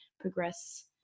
progress